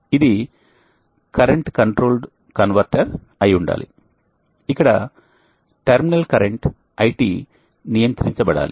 ఇది current controlled converter అయి ఉండాలి ఇక్కడ టెర్మినల్ కరెంట్ IT నియంత్రించబడాలి